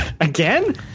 Again